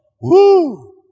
Woo